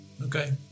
Okay